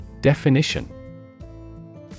Definition